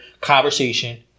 conversation